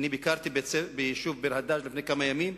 ביקרתי ביישוב ביר-הדאג' לפני כמה ימים.